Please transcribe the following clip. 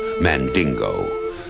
Mandingo